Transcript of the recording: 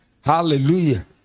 Hallelujah